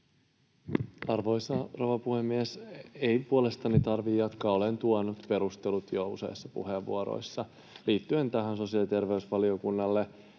Arvoisa rouva puhemies! Ei puolestani tarvitse jatkaa. Olen tuonut perustelut jo useissa puheenvuoroissa liittyen tähän sosiaali‑ ja terveysvaliokunnalle